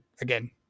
again